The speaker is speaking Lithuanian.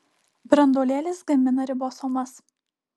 branduolėlis gamina ribosomas